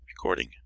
Recording